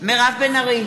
מירב בן ארי,